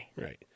Right